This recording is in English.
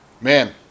Man